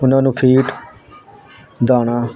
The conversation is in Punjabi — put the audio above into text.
ਉਹਨਾਂ ਨੂੰ ਫੀਡ ਦਾਣਾ